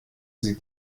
sie